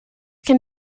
can